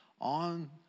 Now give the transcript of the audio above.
on